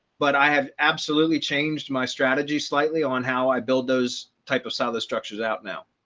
but i have absolutely changed my strategy slightly on how i build those type of solid structures out now.